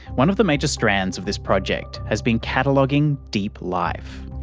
one of the major strands of this project has been cataloguing deep life.